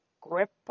grip